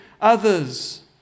others